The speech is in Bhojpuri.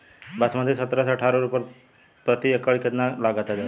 बासमती सत्रह से अठारह रोपले पर प्रति एकड़ कितना लागत अंधेरा?